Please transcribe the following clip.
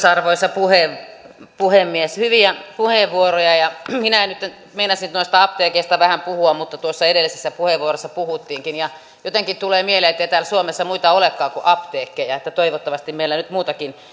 arvoisa puhemies hyviä puheenvuoroja minä nyt meinasin noista apteekeista vähän puhua mutta tuossa edellisessä puheenvuorossa puhuttiinkin jotenkin tulee mieleen ettei täällä suomessa muita olekaan kuin apteekkeja että toivottavasti meillä nyt muutakin